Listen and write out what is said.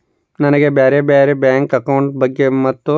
ನನಗೆ ಬ್ಯಾರೆ ಬ್ಯಾರೆ ಬ್ಯಾಂಕ್ ಅಕೌಂಟ್ ಬಗ್ಗೆ ಮತ್ತು?